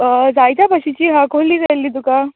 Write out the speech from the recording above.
अ जाय त्या भशेची आसा कोहली जाय अहली तुका